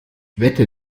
wette